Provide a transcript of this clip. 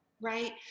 Right